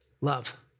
love